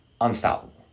unstoppable